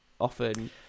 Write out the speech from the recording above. often